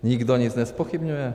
Nikdo nic nezpochybňuje?